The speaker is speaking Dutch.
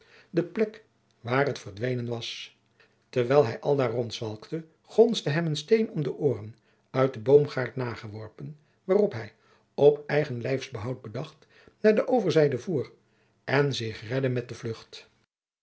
de plek waar het verdwenen was terwijl hij aldaar rondzwalkte gonsde hem een steen om de ooren uit de boomgaard nageworpen waarop hij op eigen lijfsbehoud bedacht naar de overzijde voer en zich redde met de vlucht